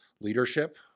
leadership